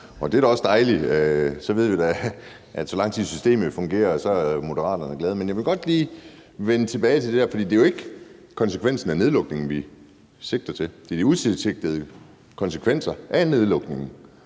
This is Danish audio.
Og det er da også dejligt; så ved vi, at så længe systemet fungerer, er Moderaterne glade. Men jeg vil godt lige vende tilbage til en anden ting. For det er jo ikke effekten af nedlukningen, som vi sigter til. Det er de utilsigtede konsekvenser af nedlukningen,